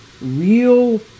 real